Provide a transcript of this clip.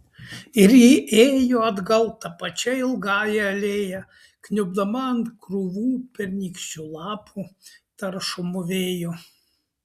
ir ji ėjo atgal ta pačia ilgąja alėja kniubdama ant krūvų pernykščių lapų taršomų vėjo